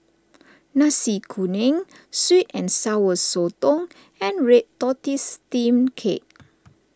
Nasi Kuning Sweet and Sour Sotong and Red Tortoise Steamed Cake